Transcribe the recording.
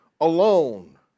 alone